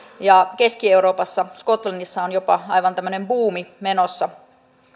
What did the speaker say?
ja keski euroopassa skotlannissa on jopa aivan tämmöinen buumi menossa